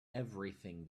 everything